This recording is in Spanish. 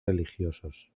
religiosos